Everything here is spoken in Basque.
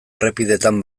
errepideetan